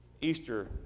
Easter